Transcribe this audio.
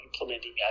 implementing